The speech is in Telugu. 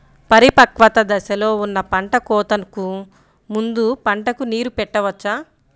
పరిపక్వత దశలో ఉన్న పంట కోతకు ముందు పంటకు నీరు పెట్టవచ్చా?